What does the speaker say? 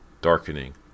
darkening